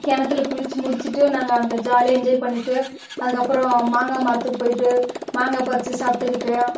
கிணத்துல குளித்து முடிச்சிட்டு நாங்கள் அங்கே ஜாலியாக என்ஜாய் பண்ணிட்டு அதுக்கு அப்றம் மாங்காய் மரத்துக்கு போயிட்டு மாங்காய் பறித்து சாப்பிடுகிட்டு